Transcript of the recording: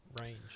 range